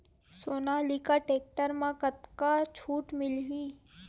Sonalika tractor म कतका छूट मिलही?